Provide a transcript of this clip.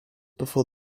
before